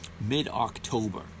mid-October